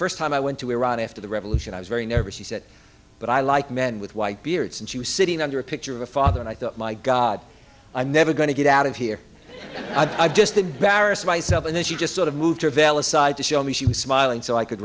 first time i went to iran after the revolution i was very nervous she said but i like men with white beards and she was sitting under a picture of a father and i thought my god i'm never going to get out of here i just embarrassed myself and then she just sort of moved her veil aside to show me she was smiling so i could